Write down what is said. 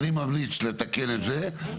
אני ממליץ לתקן את זה.